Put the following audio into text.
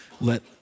Let